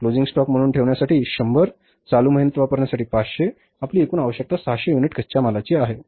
closing stock म्हणून ठेवण्यासाठी 100 चालू महिन्यात वापरण्यासाठी 500 आपली एकूण आवश्यकता 600 युनिट कच्च्या मालाची आहे